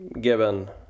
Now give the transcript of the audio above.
given